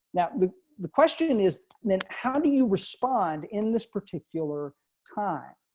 now the the question is then how do you respond in this particular time.